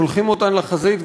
שולחים אותן לחזית,